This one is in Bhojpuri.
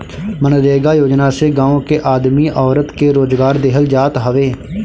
मनरेगा योजना से गांव के आदमी औरत के रोजगार देहल जात हवे